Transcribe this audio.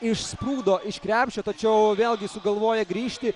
išsprūdo iš krepšio tačiau vėlgi sugalvoja grįžti